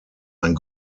ein